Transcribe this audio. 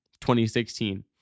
2016